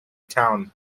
town